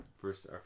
first